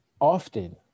Often